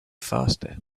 faster